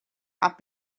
have